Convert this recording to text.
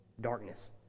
darkness